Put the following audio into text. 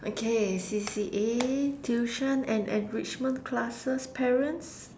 okay C_C_A tuition and enrichment classes parents